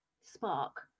spark